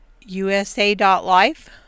USA.life